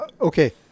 okay